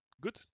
Good